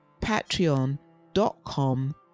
patreon.com